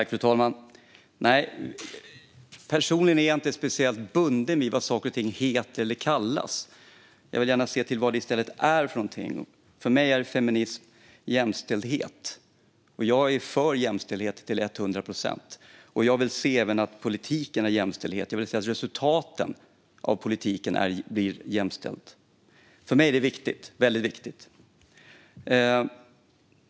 Fru talman! Personligen är jag inte speciellt bunden vid vad saker och ting heter eller kallas. Jag vill gärna se till vad det i stället är för någonting. För mig är feminism jämställdhet, och jag är för jämställdhet till hundra procent. Jag vill se även att politiken är jämställd, det vill säga att resultaten av politiken blir jämställda. För mig är det väldigt viktigt.